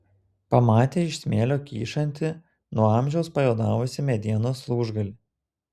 pamatė iš smėlio kyšantį nuo amžiaus pajuodavusį medienos lūžgalį